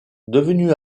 devenu